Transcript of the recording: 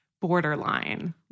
borderline